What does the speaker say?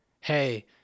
hey